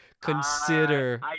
consider